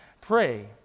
Pray